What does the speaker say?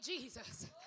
Jesus